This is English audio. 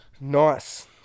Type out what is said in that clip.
Nice